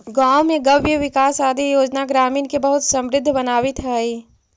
गाँव में गव्यविकास आदि योजना ग्रामीण के बहुत समृद्ध बनावित हइ